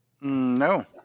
No